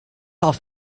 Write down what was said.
off